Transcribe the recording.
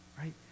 right